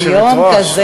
ביום כזה.